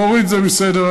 להוריד את זה מסדר-היום.